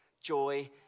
joy